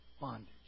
Bondage